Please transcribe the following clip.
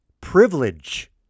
privilege